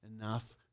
enough